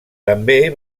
també